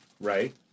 Right